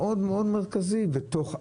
לא אסכים שהם יעלו על ההגה בתנאים האלה,